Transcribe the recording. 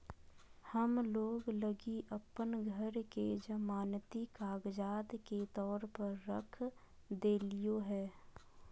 हम लोन लगी अप्पन घर के जमानती कागजात के तौर पर रख देलिओ हें